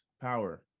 Power